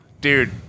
dude